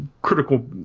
critical